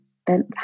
spent